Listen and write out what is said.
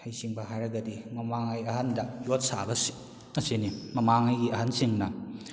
ꯍꯩꯁꯤꯡꯕ ꯍꯥꯏꯔꯒꯗꯤ ꯃꯃꯥꯡꯉꯩ ꯑꯍꯟꯗ ꯌꯣꯠ ꯁꯥꯕ ꯑꯁꯤꯅꯤ ꯃꯃꯥꯡꯉꯩꯒꯤ ꯑꯍꯜꯁꯤꯡꯅ